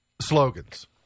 slogans